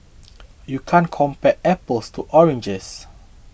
you can't compare apples to oranges